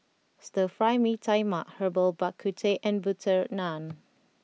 Stir Fry Mee Tai Mak Herbal Bak Ku Teh and Butter Naan